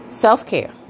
self-care